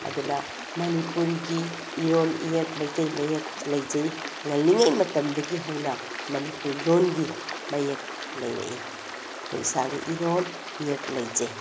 ꯑꯗꯨꯅ ꯃꯅꯤꯄꯨꯔꯤꯒꯤ ꯏꯔꯣꯜ ꯏꯌꯦꯛ ꯃꯩꯇꯩ ꯃꯌꯦꯛ ꯂꯩꯖꯩ ꯉꯜꯂꯤꯉꯩꯒꯤ ꯃꯇꯝꯗꯒꯤ ꯍꯧꯅ ꯃꯅꯤꯄꯨꯔꯤ ꯂꯣꯜꯒꯤ ꯃꯌꯦꯛ ꯂꯩꯔꯛꯏ ꯑꯩꯈꯣꯏ ꯏꯁꯥꯒꯤ ꯏꯔꯣꯜ ꯏꯌꯦꯛ ꯂꯩꯖꯩ